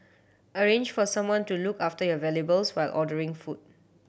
arrange for someone to look after your valuables while ordering food